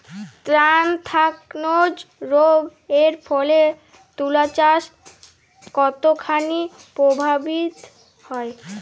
Anthracnose রোগ এর ফলে তুলাচাষ কতখানি প্রভাবিত হয়?